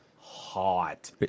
hot